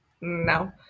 No